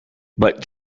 but